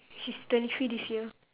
she's twenty three this year